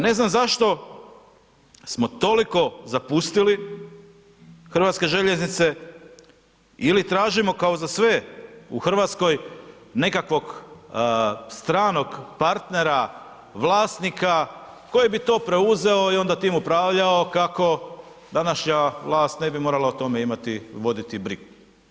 Ne znam zašto smo toliko zapustili hrvatske željeznice, ili tražimo, kao za sve u Hrvatskoj nekakvog stranog partnera, vlasnika koji bi to preuzeo i onda time upravljao kako današnja vlast ne bi morala o tome imati, voditi brigu.